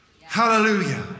Hallelujah